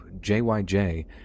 JYJ